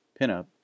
Pinup